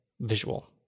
visual